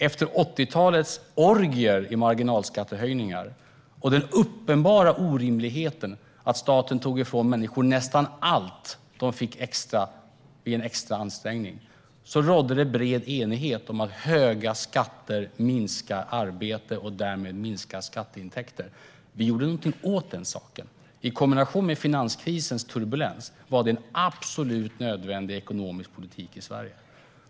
Efter 80-talets orgier i marginalskattehöjningar och med tanke på den uppenbara orimligheten att staten tog ifrån människor nästan allt de fick extra vid en extra ansträngning rådde det en bred enighet om att höga skatter minskar arbete - och därmed minskar skatteintäkterna. Vi gjorde någonting åt den saken. I kombination med finanskrisens turbulens var det en absolut nödvändig ekonomisk politik i Sverige.